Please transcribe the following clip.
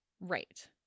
right